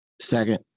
second